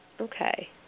Okay